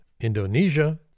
Indonesia